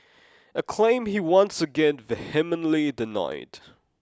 a claim he once again vehemently denied